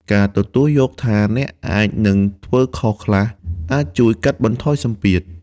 ការទទួលយកថាអ្នកអាចនឹងធ្វើខុសខ្លះ អាចជួយកាត់បន្ថយសម្ពាធ។